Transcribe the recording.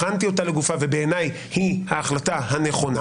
בחנתי אותה לגופה ובעיניי היא ההחלטה הנכונה.